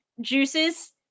juices